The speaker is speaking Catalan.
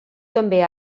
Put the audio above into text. també